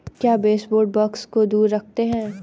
क्या baseboard bugs को दूर रखते हैं?